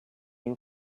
you